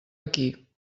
aquí